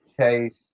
Chase